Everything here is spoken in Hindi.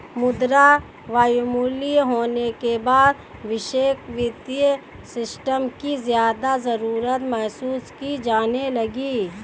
मुद्रा अवमूल्यन होने के बाद वैश्विक वित्तीय सिस्टम की ज्यादा जरूरत महसूस की जाने लगी